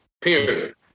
period